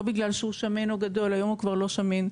לא בגלל שהוא שמן או גדול היום הוא כבר לא שמן,